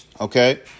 Okay